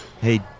Hey